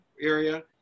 area